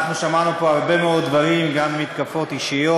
שמענו פה הרבה מאוד דברים, גם מתקפות אישיות.